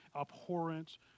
abhorrent